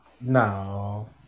No